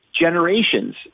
generations